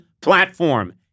platform